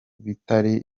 bitari